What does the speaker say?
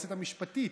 היועצת המשפטית,